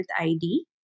ID